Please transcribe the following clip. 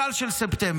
הגל של ספטמבר.